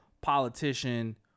politician